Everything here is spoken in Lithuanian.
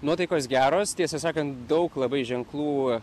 nuotaikos geros tiesą sakant daug labai ženklų